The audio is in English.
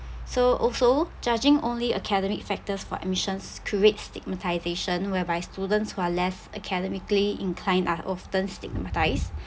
so also judging only academic factors for admissions create stigmatisation whereby students who are less academically inclined are often stigmatised